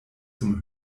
zum